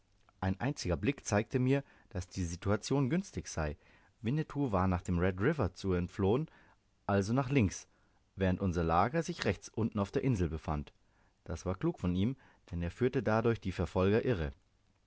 ein einziger blick zeigte mir daß die situation günstig sei winnetou war nach dem red river zu entflohen also nach links während unser lager sich rechts unten auf der insel befand das war klug von ihm denn er führte dadurch die verfolger irre